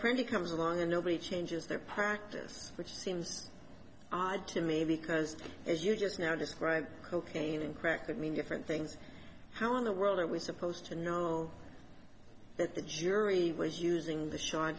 pretty comes along and nobody changes their practice which seems odd to me because as you just now describe cocaine and crack could mean different things how in the world are we supposed to know that the jury was using the s